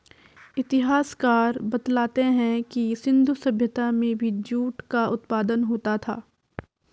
इतिहासकार बतलाते हैं कि सिन्धु सभ्यता में भी जूट का उत्पादन होता था